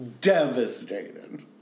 devastated